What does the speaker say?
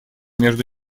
между